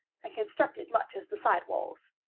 and constructed much as the side walls.